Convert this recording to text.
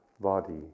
body